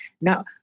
Now